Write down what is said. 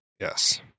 yes